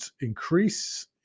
increase